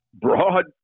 broad